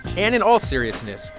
and in all seriousness,